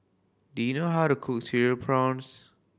do you know how to cook Cereal Prawns